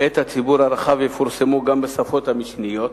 את הציבור הרחב, יפורסמו גם בשפות המשניות,